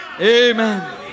Amen